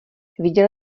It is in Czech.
viděl